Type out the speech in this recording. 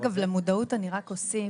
אגב, למודעות אני רק אוסיף